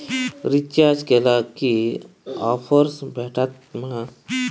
Recharge केला की offers भेटात मा?